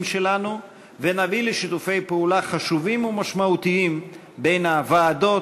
שלנו ונביא לשיתופי פעולה חשובים ומשמעותיים בין הוועדות,